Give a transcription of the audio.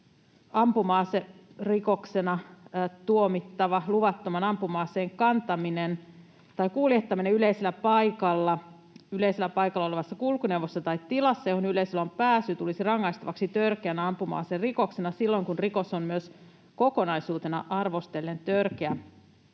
ampuma-aserikoksena tuomittava luvattoman ampuma-aseen kantaminen tai kuljettaminen yleisellä paikalla, yleisellä paikalla olevassa kulkuneuvossa tai tilassa, johon yleisöllä on pääsy, tulisi rangaistavaksi törkeänä ampuma-aserikoksena silloin, kun rikos on myös kokonaisuutena arvostellen törkeä.